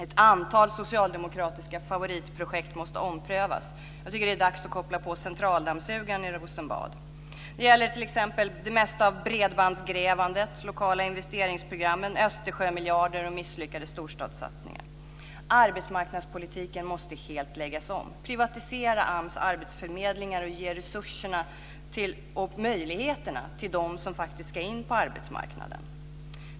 Ett antal socialdemokratiska favoritprojekt måste omprövas. Jag tycker att det är dags att koppla på centraldammsugaren nere i Rosenbad. Det gäller t.ex. det mesta av bredbandsgrävandet, de lokala investeringsprogrammen, Östersjömiljarden och den misslyckade storstadssatsningen. Arbetsmarknadspolitiken måste helt läggas om. Privatisera AMS arbetsförmedlingar och ge resurserna och möjligheterna till dem som faktiskt ska in på arbetsmarknaden.